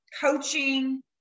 coaching